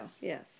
yes